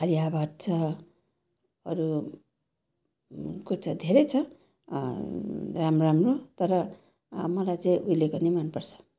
आलिया भट्ट छ अरू को छ धेरै छ राम्रो राम्रो तर मलाई चाहिँ उहिलेको नै मनपर्छ